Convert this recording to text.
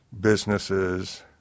businesses